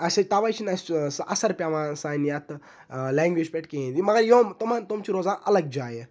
اسہ تَوے چھُنہٕ اَسہ اَثَر پیٚوان سانہِ یَتھ لینگویج پیٚٹھ کِہینۍ مگر یم تمَن تم چھِ روزان اَلَگ جایہِ